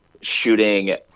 shooting